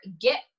get